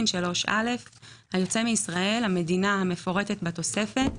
3א.היוצא מישראל למדינה המפורטת בתוספת,